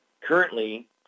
Currently